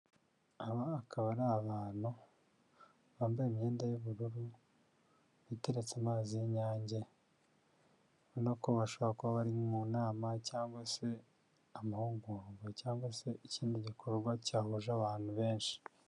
Aba akaba ari abantu bambaye imyenda y'ubururu biteretse amazi y'inyange ubona ko bashobora kuba bari mu nama cyangwa se amahugurwa cyangwa se ikindi gikorwa cyahuje abantu benshi.